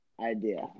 idea